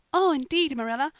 oh indeed, marilla,